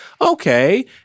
Okay